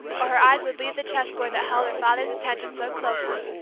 or her eyes would leave the chessboard that held her father's attention so closely,